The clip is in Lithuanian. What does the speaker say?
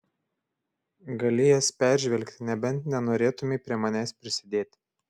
gali jas peržvelgti nebent nenorėtumei prie manęs prisidėti